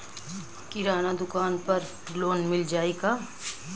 किराना दुकान पर लोन मिल जाई का?